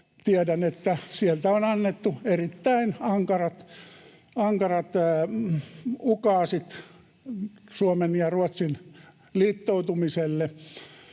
tiedän, että sieltä on annettu erittäin ankarat ukaasit Suomen ja Ruotsin liittoutumiselle,